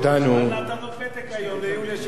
נתנו פתק היום ליוליה שהיא כשרה,